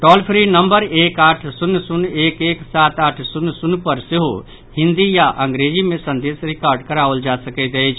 toll-free number एक आठ शून्य शून्य एक एक सात आठ शून्य शून्य पर सेहो हिन्दी या अंग्रेजी मे संदेश रिकॉर्ड कराओल जा सकैत अछि